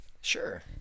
sure